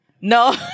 no